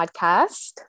podcast